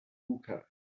hookahs